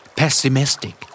pessimistic